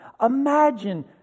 Imagine